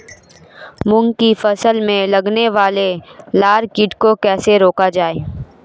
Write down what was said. मूंग की फसल में लगने वाले लार कीट को कैसे रोका जाए?